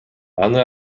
аны